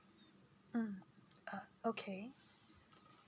mm uh okay